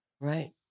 Right